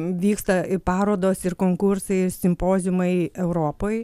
vyksta parodos ir konkursai ir simpoziumai europoj